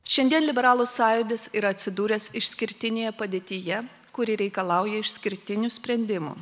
šiandien liberalų sąjūdis yra atsidūręs išskirtinėje padėtyje kuri reikalauja išskirtinių sprendimų